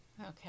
Okay